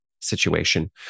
situation